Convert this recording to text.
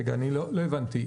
לא הבנתי.